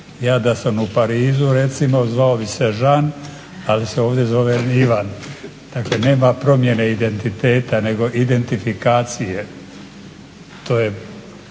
Ja da sam u Parizu recimo zvao bi se Jean, ali se ovdje zovem Ivan. Dakle nema promjene identiteta nego identifikacije to je